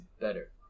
better